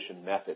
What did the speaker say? method